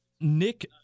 Nick